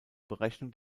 berechnung